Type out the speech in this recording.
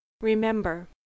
Remember